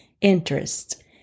interest